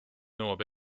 nõuab